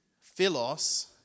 Philos